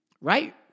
Right